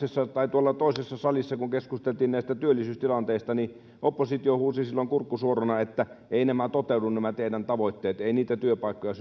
tuolla toisessa salissa kun keskusteltiin näistä työllisyystilanteista niin oppositio huusi silloin kurkku suorana että eivät nämä toteudu nämä teidän tavoitteenne ei niitä työpaikkoja